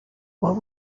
what